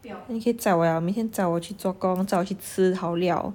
then 你可以载我 liao 每天载我去做工载我去吃好料